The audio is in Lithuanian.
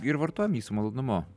ir vartojam jį su malonumu